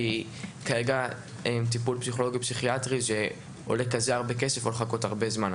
כרגע טיפול פסיכולוגי או פסיכיאטרי עולה הרבה כסף וצריך לחכות המון זמן,